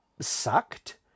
sucked